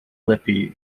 lippi